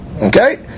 Okay